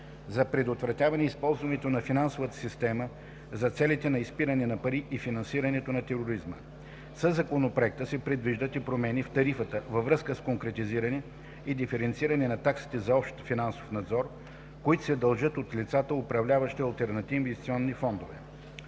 за предотвратяване използването на финансовата система за целите на изпирането на пари и финансирането на тероризма. Със Законопроекта се предвиждат и промени в тарифата във връзка с конкретизиране и диференциране на таксите за общ финансов надзор, които се дължат от лицата, управляващи алтернативни инвестиционни фондове.